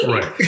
Right